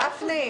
גפני,